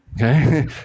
Okay